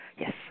Yes